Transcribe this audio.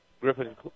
Griffin